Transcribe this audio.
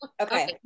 okay